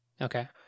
Okay